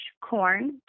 corn